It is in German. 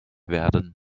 werden